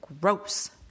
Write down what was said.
Gross